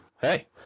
hey